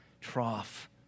trough